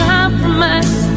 Compromise